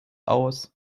aus